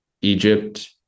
Egypt